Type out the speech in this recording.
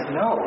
no